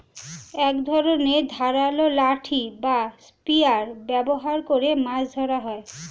এক ধরনের ধারালো লাঠি বা স্পিয়ার ব্যবহার করে মাছ ধরা হয়